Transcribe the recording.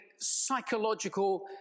psychological